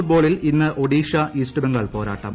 ഫൂട്ബോളിൽ ഇന്ന് ഒഡീഷ ഈസ്റ്റ് ബംഗാൾ പോരാട്ടം